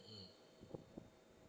mm